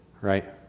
Right